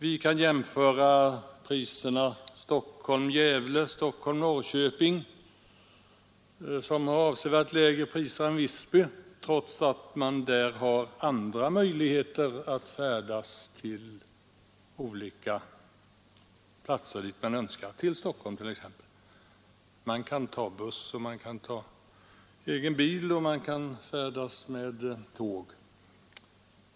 Vi kan också jämföra priserna Stockholm—Gävle och Stockholm—-Norrköping vilka är avsevärt lägre än priset Stockholm— Visby, trots att man från Gävle och Norrköping har andra möjligheter att färdas till olika platser, exempelvis till Stockholm — man kan ta buss, egen bil eller tåg.